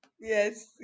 Yes